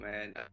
man